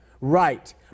Right